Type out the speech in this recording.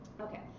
Okay